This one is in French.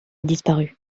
disparu